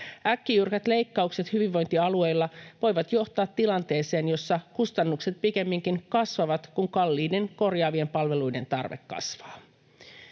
Äkkijyrkät leikkaukset hyvinvointialueilla voivat johtaa tilanteeseen, jossa kustannukset pikemminkin kasvavat, kun kalliiden korjaavien palveluiden tarve kasvaa.